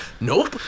Nope